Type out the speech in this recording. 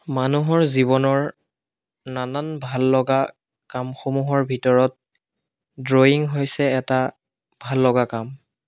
মানুহৰ জীৱনৰ নানান ভাললগা কামসমূহৰ ভিতৰত ড্ৰয়িং হৈছে এটা ভাল লগা কাম